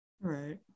Right